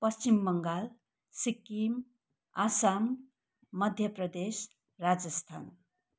Paschim Bangal Sikkim Assam Madhya Pradesh Rajasthan